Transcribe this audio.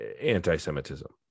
anti-Semitism